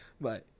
bye